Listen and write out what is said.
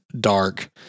dark